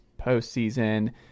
postseason